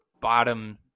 bottom